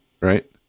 right